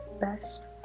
best